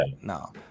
No